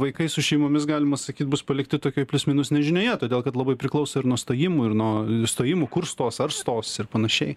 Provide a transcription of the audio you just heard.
vaikai su šeimomis galima sakyt bus palikti tokioj plius minus nežinioje todėl kad labai priklauso ir nuo stojimų ir nuo stojimų kur stos ar stos ir panašiai